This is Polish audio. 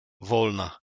wolna